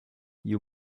you